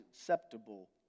acceptable